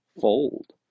fold